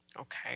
okay